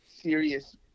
serious